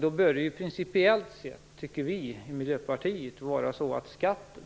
Då anser vi i Miljöpartiet att det principiellt sett bör vara så att skatten